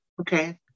Okay